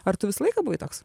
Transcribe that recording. ar tu visą laiką buvai toks